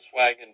Volkswagen